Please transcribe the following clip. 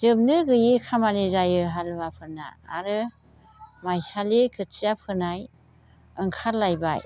जोबनो गैयै खामानि जायो हालुवाफोरना आरो माइसालि खोथिया फोनाय ओंखारलायबाय